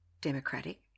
Democratic